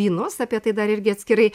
vynus apie tai dar irgi atskirai